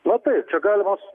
na taip čia galimos